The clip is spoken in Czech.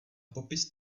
popis